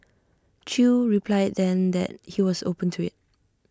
chew replied then that he was open to IT